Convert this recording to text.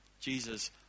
Jesus